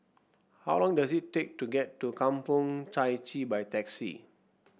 how long does it take to get to Kampong Chai Chee by taxi